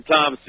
Tom